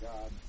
God